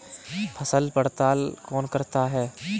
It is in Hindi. फसल पड़ताल कौन करता है?